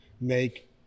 make